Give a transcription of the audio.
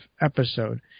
episode